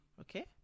okay